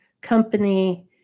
company